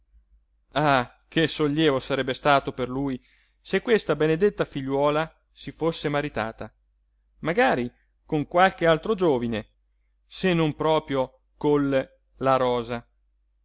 ah che sollievo sarebbe stato per lui se questa benedetta figliuola si fosse maritata magari con qualche altro giovine se non proprio col la rosa